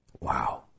Wow